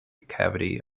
cavity